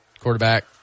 Quarterback